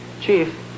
Chief